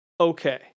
okay